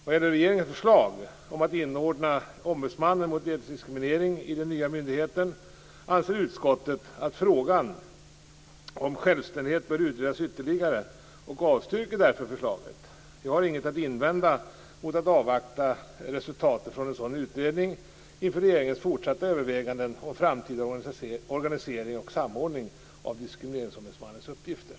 Vad gäller regeringens förslag om att inordna Ombudsmannen mot etnisk diskriminering i den nya myndigheten, anser utskottet att frågan om självständighet bör utredas ytterligare och avstyrker därför förslaget. Jag har inget att invända mot att avvakta resultatet från en sådan utredning inför regeringens fortsatta överväganden om framtida organisering och samordning av Diskrimineringsombudsmannens uppgifter.